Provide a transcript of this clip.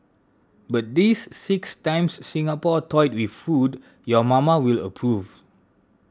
but these six times Singapore toyed with food your mama will approve